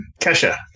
Kesha